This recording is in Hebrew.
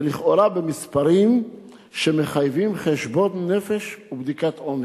ולכאורה במספרים שמחייבים חשבון נפש ובדיקת עומק.